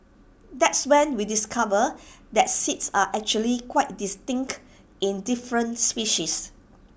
that's when we discovered that seeds are actually quite distinct in different species